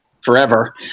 forever